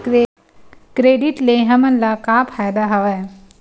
Credit ले हमन ला का फ़ायदा हवय?